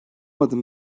adım